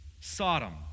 Sodom